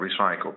recycle